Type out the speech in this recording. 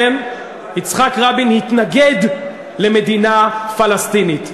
יצחק רבין התנגד למדינה פלסטינית.